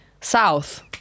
south